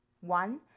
One